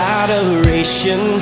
adoration